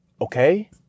okay